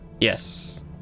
Yes